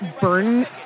burn